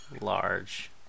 Large